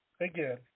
again